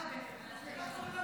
לא, זה עַנַבֶּה.